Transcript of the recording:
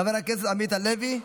חבר הכנסת עמית הלוי,